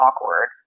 awkward